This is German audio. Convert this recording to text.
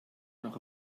nach